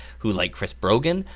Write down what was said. who like chris brogen,